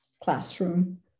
classroom